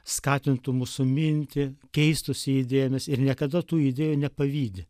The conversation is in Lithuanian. skatintų mūsų mintį keistųsi idėjomis ir niekada tų idėjų nepavydi